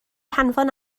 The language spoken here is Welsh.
hanfon